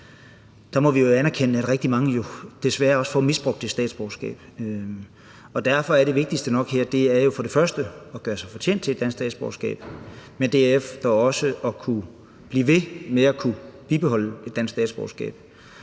der får dansk statsborgerskab, jo desværre også får misbrugt det statsborgerskab. Derfor er det vigtigste her nok for det første at gøre sig fortjent til et dansk statsborgerskab og for det andet også at kunne blive ved med at bibeholde et dansk statsborgerskab.